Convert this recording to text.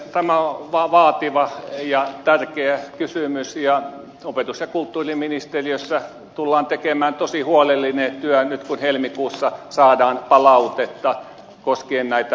tämä on vaativa ja tärkeä kysymys ja opetus ja kulttuuriministeriössä tullaan tekemään tosi huolellinen työ nyt kun helmikuussa saadaan palautetta koskien näitä aloituspaikkoja